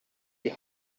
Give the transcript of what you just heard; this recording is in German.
die